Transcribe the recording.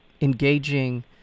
engaging